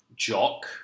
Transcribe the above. Jock